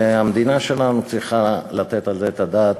והמדינה שלנו צריכה לתת על זה את הדעת,